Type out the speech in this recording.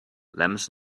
lemons